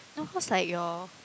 no cause like your